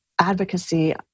advocacy